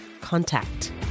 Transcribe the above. contact